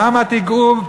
למה תיגעו?